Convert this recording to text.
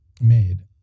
made